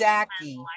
Zachy